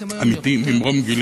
האזרחים היום, אמיתי, ממרום גילי.